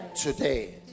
today